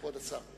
כבוד השר, בבקשה.